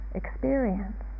experience